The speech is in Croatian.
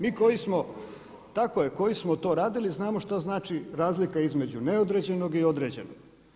Mi koji smo, tako je koji smo to radili znamo šta znači razlika između neodređenog i određenog.